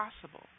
possible